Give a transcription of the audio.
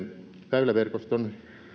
väyläverkoston